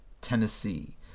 Tennessee